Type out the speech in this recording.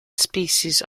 species